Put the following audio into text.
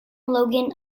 logan